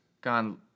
gone